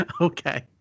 Okay